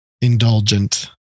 indulgent